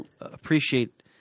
appreciate